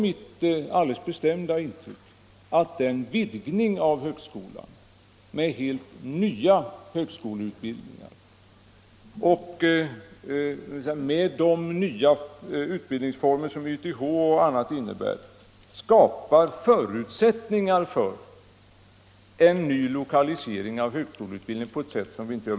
Mitt alldeles bestämda intryck är att vidgningen av högskolan med helt nya högskoleutbildningar och med de nya utbildningsformer som YTH och annat innebär skapar förutsättningar för en ny lokalisering av högskoleutbildning.